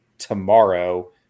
Tomorrow